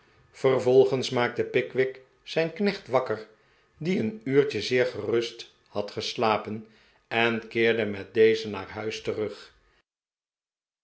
vervolgens maakte pickwick zijn knecht wakker die een uurtje zeer gerust had geslapen en keerde met dezen naar huis terug